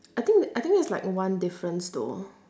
I think I think there's like one difference though